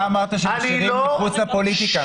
אתה אמרת שנשארים מחוץ לפוליטיקה.